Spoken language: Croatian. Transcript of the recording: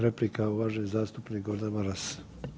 Replika, uvaženi zastupnik Gordan Maras.